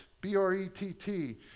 B-R-E-T-T